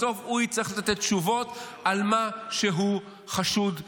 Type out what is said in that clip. בסוף הוא יצטרך לתת תשובות על מה שהוא חשוד שעשה: